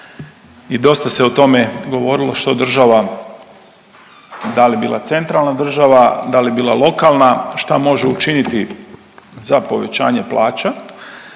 i dosta se o tome govorilo što država, da li bila centralna država, da li bila lokalna, šta može učiniti za povećanje plaća,